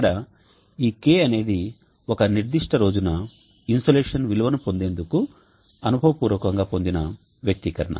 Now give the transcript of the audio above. ఇక్కడ ఈ k అనేది ఒక నిర్దిష్ట రోజున ఇన్సోలేషన్ విలువను పొందేందుకు అనుభవ పూర్వకంగా పొందిన వ్యక్తీకరణ